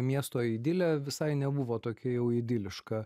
miesto idilė visai nebuvo tokia jau idiliška